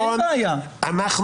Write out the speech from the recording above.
אין בעיה.